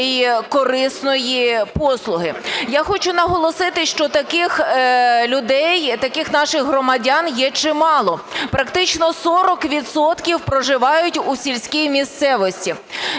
Я хочу наголосити, що таких людей, таких наших громадян є чимало, практично 40 відсотків проживають у сільській місцевості.